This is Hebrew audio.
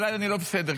אולי אני לא בסדר.